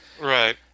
Right